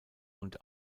und